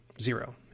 Zero